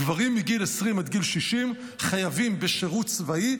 הגברים מגיל 20 עד גיל 60 חייבים בשירות צבאי.